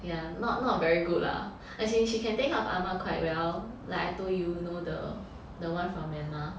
yeah not not very good lah as in she can take care of ah ma quite well like I told you know the the one from Myanmar